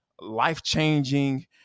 life-changing